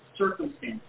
circumstances